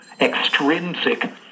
extrinsic